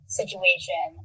situation